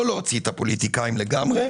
לא להוציא את הפוליטיקאים לגמרי,